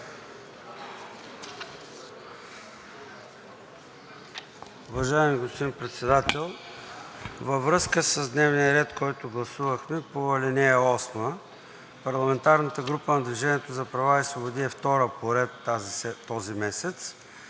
във връзка с дневния ред, който гласувахме по ал. 8, парламентарната група на „Движение за права и свободи“ е втора по ред този месец